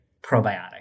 probiotic